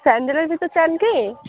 স্যান্ডেলের জুতো চান কি